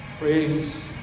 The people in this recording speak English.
Praise